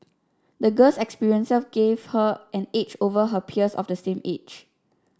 the girl's experiences gave her an edge over her peers of the same age